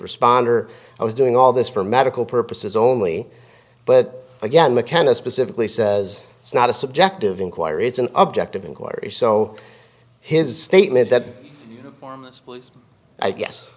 responder i was doing all this for medical purposes only but again mckenna specifically says it's not a subjective inquiry it's an objective inquiry so his statement that i guess